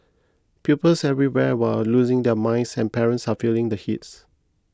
pupils everywhere are losing their minds and parents are feeling the heat